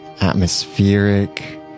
atmospheric